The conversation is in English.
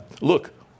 Look